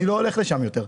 אני לא הולך לשם יותר.